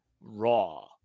Raw